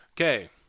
Okay